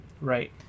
Right